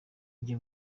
njye